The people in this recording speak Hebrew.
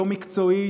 לא מקצועית,